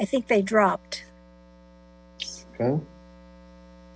i think they dropped